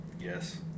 Yes